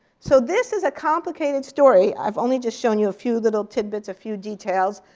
so this is a complicated story. i've only just shown you a few little tidbits, a few details.